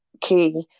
key